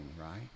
right